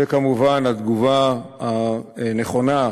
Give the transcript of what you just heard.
וכמובן התגובה הנכונה,